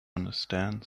understand